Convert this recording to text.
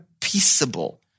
peaceable